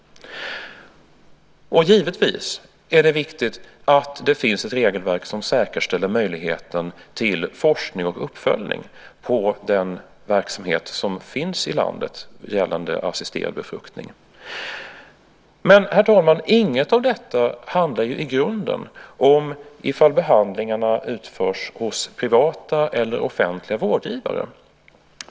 Givetvis är det också viktigt att det finns ett regelverk som säkerställer möjligheten till forskning på och uppföljning av den verksamhet som finns i landet gällande assisterad befruktning. Men, herr talman, inget av detta handlar ju i grunden om ifall behandlingarna utförs hos privata eller offentliga vårdgivare.